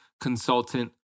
consultant